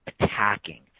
attacking